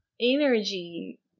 energy